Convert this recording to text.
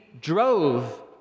drove